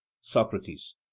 Socrates